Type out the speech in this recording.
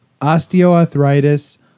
osteoarthritis